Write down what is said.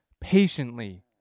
patiently